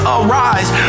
arise